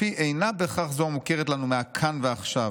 היא אינה בהכרח זו המוכרת לנו מהכאן והעכשיו,